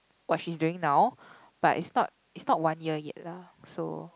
what she's doing now but it's not it's not one year yet lah so